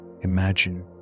Imagine